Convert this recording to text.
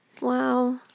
Wow